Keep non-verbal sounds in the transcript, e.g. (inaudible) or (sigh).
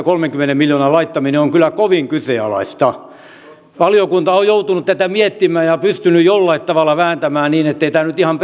(unintelligible) kolmenkymmenen miljoonan laittaminen valinnanvapauskokeilun pilotteihin on kyllä kovin kyseenalaista valiokunta on joutunut tätä miettimään ja pystynyt jollain tavalla vääntämään niin ettei tämä nyt ihan (unintelligible)